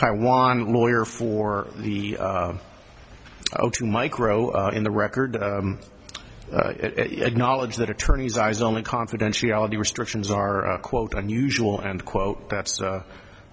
aiwan lawyer for the zero two micro in the record it knowledge that attorneys eyes only confidentiality restrictions are quote unusual and quote